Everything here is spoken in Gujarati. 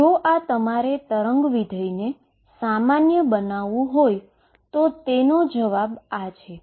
તેથી જો આ તમારે વેવ ફંક્શનને નોર્મલાઈઝ બનાવવું હોય તો તેનો જવાબ આ છે